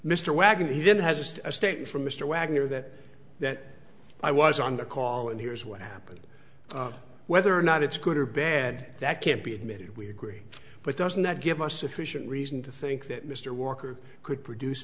mr wagner he then has just a statement from mr wagner that that i was on the call and here is what happened whether or not it's good or bad that can't be admitted we agree but doesn't that give us sufficient reason to think that mr walker could produce